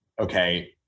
Okay